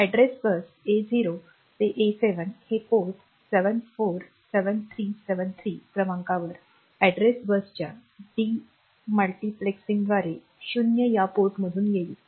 address bus A0 ते A7 हे port 747373 क्रमांकावर अॅड्रेस बसच्या डेमप्लेक्सिंगद्वारे 0 या पोर्टमधुन येईल